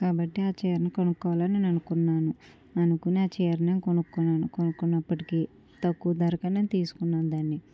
కాబట్టి ఆ చీరను కొనుక్కోవాలి అని నేను అనుకున్నాను అనుకుని ఆ చీర నేను కొనుక్కున్నాను కొనుక్కునప్పటికి తక్కువ ధరకు నేను తీసుకున్నాను దాన్ని